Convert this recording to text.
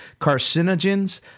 carcinogens